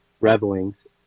revelings